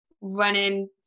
running